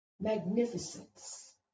magnificence